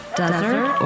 desert